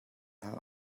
hlah